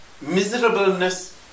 Miserableness